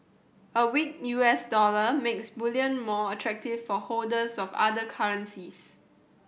a weak U S dollar makes bullion more attractive for holders of other currencies